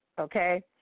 Okay